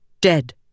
dead